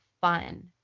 fun